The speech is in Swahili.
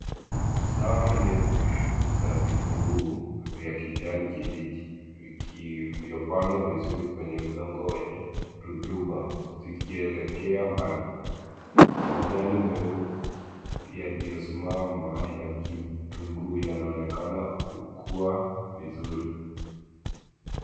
Safu ndefu za vitunguu vya kijani kibichi vilivyopandwa vizuri kwnye udongo wenye rutuba zikielekea mbali. Majani yaliyosimama ya kitunguu yanaonekana kukua vizuri.